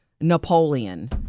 Napoleon